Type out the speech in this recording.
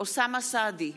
אוסאמה סעדי,